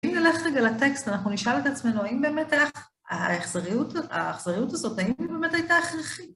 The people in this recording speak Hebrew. בואי נלך רגע לטקסט, אנחנו נשאל את עצמנו האם באמת האכזריות הזאת, האם היא באמת הייתה הכרחית.